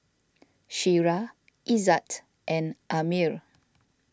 Syirah Izzat and Ammir